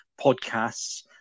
podcasts